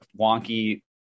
wonky